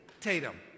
Tatum